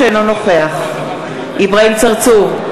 אינו נוכח אברהים צרצור,